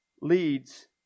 leads